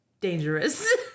dangerous